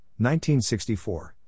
1964